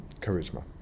charisma